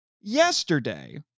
yesterday